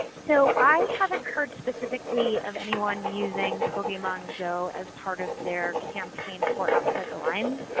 so i haven't heard specifically of anyone using pokemon go as part of their campaign for outside the lines.